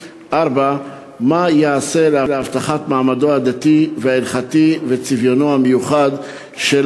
4. מה ייעשה להבטחת מעמדו הדתי וההלכתי וצביונו המיוחד של